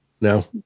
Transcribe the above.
No